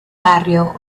barrio